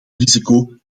risico